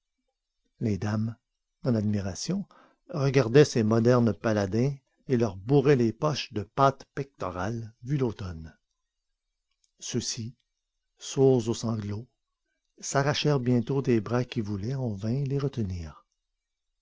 les dames dans l'admiration regardaient ces modernes paladins et leur bourraient les poches de pâtes pectorales vu l'automne ceux-ci sourds aux sanglots s'arrachèrent bientôt des bras qui voulaient en vain les retenir